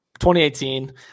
2018